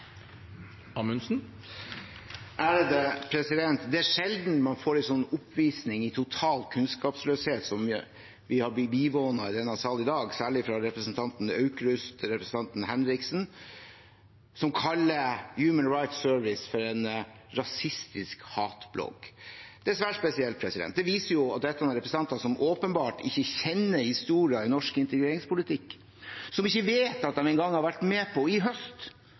Det er sjelden man får en sånn oppvisning i total kunnskapsløshet som det vi har bivånet i denne sal i dag, særlig fra representanten Aukrust og representanten Henriksen, som kaller Human Rights Service, HRS, for en rasistisk hatblogg. Det er svært spesielt. Det viser at dette er representanter som åpenbart ikke kjenner historien i norsk integreringspolitikk, som ikke engang vet at de i høst har vært med på